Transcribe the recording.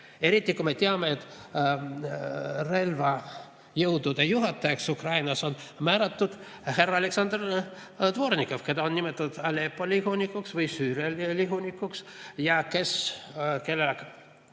Eriti kui me teame, et relvajõudude juhatajaks Ukrainas on määratud härra Aleksandr Dvornikov, keda on nimetatud Aleppo lihunikuks või Süüria lihunikuks ja keda on